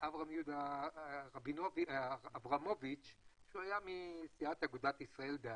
אברהם יהודה אברמוביץ שהיה מסיעת אגודת ישראל.